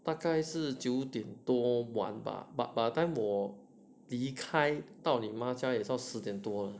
大概是九点多完吧 but by the time 我离开到你妈家大概到十点多了